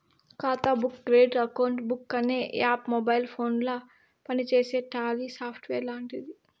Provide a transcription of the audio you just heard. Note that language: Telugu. ఖాతా బుక్ క్రెడిట్ అకౌంట్ బుక్ అనే యాప్ మొబైల్ ఫోనుల పనిచేసే టాలీ సాఫ్ట్వేర్ లాంటిది